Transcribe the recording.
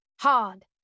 hard